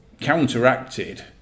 counteracted